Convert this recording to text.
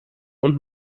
und